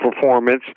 performance